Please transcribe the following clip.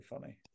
funny